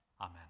Amen